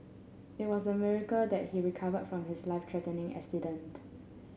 it was a miracle that he recovered from his life threatening accident